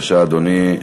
בבקשה, אדוני.